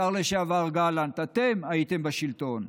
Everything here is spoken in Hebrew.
השר לשעבר גלנט, אתם הייתם בשלטון.